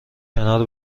کنار